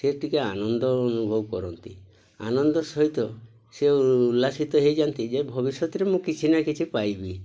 ସେ ଟିକେ ଆନନ୍ଦ ଅନୁଭବ କରନ୍ତି ଆନନ୍ଦ ସହିତ ସେ ଉଲ୍ଲାସିତ ହୋଇଯାଆନ୍ତି ଯେ ଭବିଷ୍ୟତରେ ମୁଁ କିଛି ନା କିଛି ପାଇବି